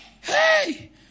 hey